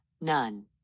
none